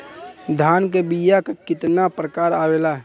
धान क बीया क कितना प्रकार आवेला?